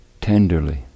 tenderly